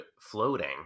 floating